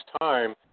time